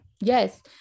Yes